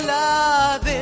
love